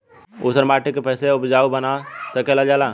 ऊसर माटी के फैसे उपजाऊ बना सकेला जा?